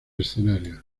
escenario